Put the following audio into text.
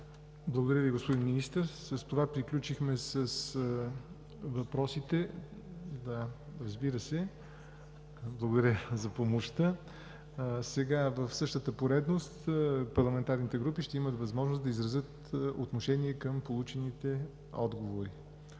Благодаря Ви, господин Министър. С това приключихме с въпросите. Сега в същата поредност парламентарните групи ще имат възможност да изразят отношение към получените отговори.